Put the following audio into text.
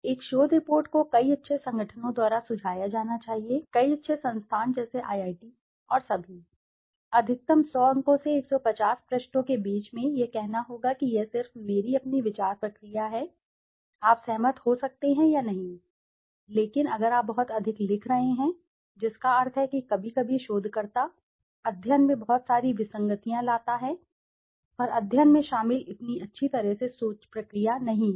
एक शोध रिपोर्ट को कई अच्छे संगठनों द्वारा सुझाया जाना चाहिए कई अच्छे संस्थान जैसे IIT और सभी अधिकतम 100 अंकों से 150 पृष्ठों के बीच में यह कहना होगा कि यह सिर्फ मेरी अपनी विचार प्रक्रिया है जो मैं कह रहा हूं आप सहमत हो सकते हैं या नहीं लेकिन अगर आप बहुत अधिक लिख रहे हैं जिसका अर्थ है कि कभी कभी शोधकर्ता अध्ययन में बहुत सारी विसंगतियाँ लाता है और अध्ययन में शामिल इतनी अच्छी तरह से सोचा प्रक्रिया नहीं है